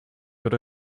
good